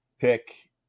pick